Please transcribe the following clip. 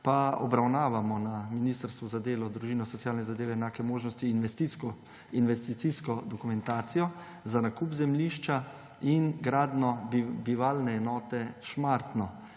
pa obravnavamo na Ministrstvu za delo, družino, socialne zadeve in enake možnosti investicijsko dokumentacijo za nakup zemljišča in gradnjo bivalne enote Šmartno.